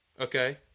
Okay